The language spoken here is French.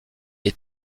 est